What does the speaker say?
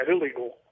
illegal